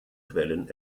quellen